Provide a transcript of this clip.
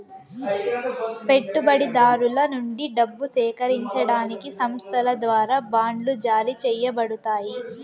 పెట్టుబడిదారుల నుండి డబ్బు సేకరించడానికి సంస్థల ద్వారా బాండ్లు జారీ చేయబడతాయి